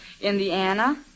Indiana